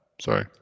Sorry